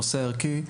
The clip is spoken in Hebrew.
הנושא הערכי.